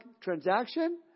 transaction